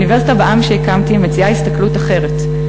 ה"אוניברסיטה בעם" שהקמתי מציעה הסתכלות אחרת,